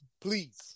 please